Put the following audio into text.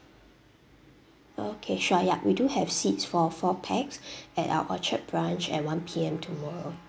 okay sure yup we do have seats for four pax at our orchard branch at one P_M tomorrow